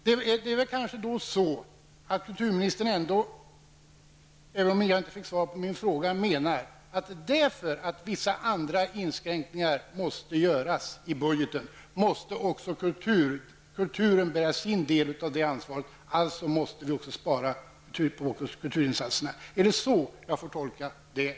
Även om jag inte fick svar på min fråga är det kanske så att kulturministern menar att därför att man måste göra vissa andra inskränkningar i budgeten måste också kulturen bära sin del av det ansvaret. Alltså måste vi också spara på kulturinsatserna. Är det så jag får tolka detta?